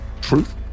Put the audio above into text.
truth